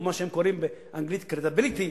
מה שהם קוראים באנגלית credibility,